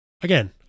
again